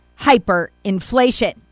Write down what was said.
hyperinflation